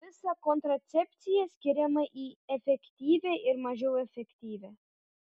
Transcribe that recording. visa kontracepcija skiriama į efektyvią ir mažiau efektyvią